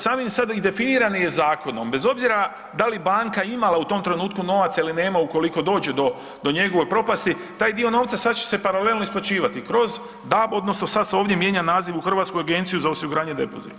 Samim sebi i definirani je zakonom bez obzira da li banka imala u tom trenutku novaca ili nema ukoliko dođe do njegove propasti taj dio novca sad će paralelno isplaćivati kroz DAB odnosno sada se ovdje mijenja naziv u Hrvatsku agenciju za osiguranje depozita.